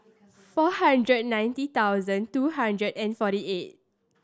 four hundred ninety thousand two hundred and forty eight